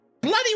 bloody